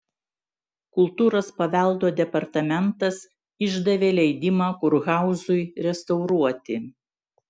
kultūros paveldo departamentas išdavė leidimą kurhauzui restauruoti